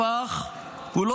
הפך --- הוא תופח.